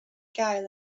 gael